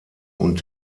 und